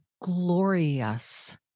glorious